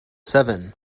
seven